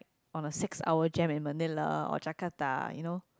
on a six hour jam in Manilla or Jakarta you know